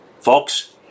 Folks